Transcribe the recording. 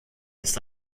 ist